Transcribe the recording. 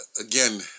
again